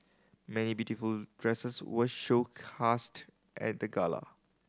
many beautiful dresses were showcased at the gala